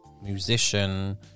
Musician